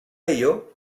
ello